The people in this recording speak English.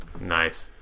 Nice